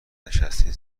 نشستین